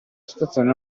situazione